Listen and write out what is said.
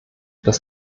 dass